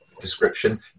description